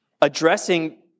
addressing